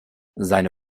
seine